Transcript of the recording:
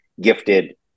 gifted